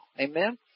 Amen